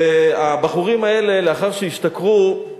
והבחורים האלה, לאחר שהשתכרו,